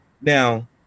Now